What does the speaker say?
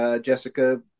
Jessica